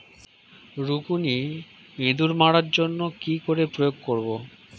রুকুনি ইঁদুর মারার জন্য কি করে প্রয়োগ করব?